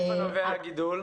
מאיפה נובע הגידול?